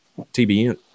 TBN